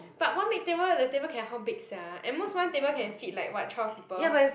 but one big table the table can how big sia at most one table can fit like what twelve people